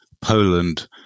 Poland